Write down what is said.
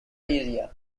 area